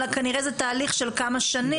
אלא כנראה זה תהליך של כמה שנים.